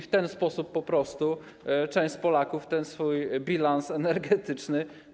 W ten sposób po prostu część Polaków dopina swój bilans energetyczny.